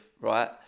right